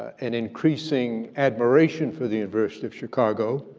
an increasing admiration for the university of chicago.